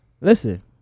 Listen